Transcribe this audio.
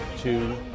two